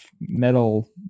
metal